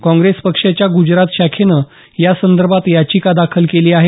काँग्रेसपक्षाच्या गुजरात शाखेनं या संदर्भात याचिका दाखल केली आहे